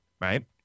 right